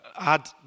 add